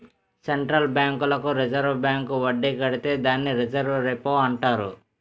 central బ్యాంకులకు reserve bank వడ్డీ కడితే దాన్ని రివర్స్ రెపో అంటారు